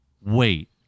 wait